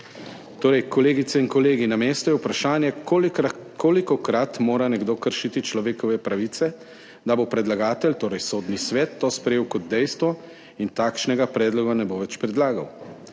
Kolegice in kolegi, na mestu je torej vprašanje, kolikokrat mora nekdo kršiti človekove pravice, da bo predlagatelj, torej Sodni svet, to sprejel kot dejstvo in takšnega predloga ne bo več predlagal.